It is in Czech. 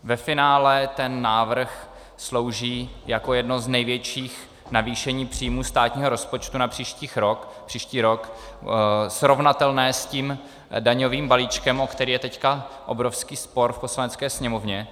Ve finále ten návrh slouží jako jedno z největších navýšení příjmů státního rozpočtu na příští rok, srovnatelné s daňovým balíčkem, o který je teď obrovský spor v Poslanecké sněmovně.